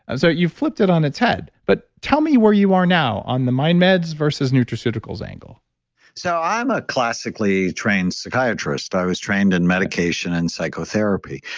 and so you flipped it on its head, but tell me where you are now on the mind meds versus nutraceuticals angle so i'm a classically trained psychiatrist. i was trained in medication and psychotherapy.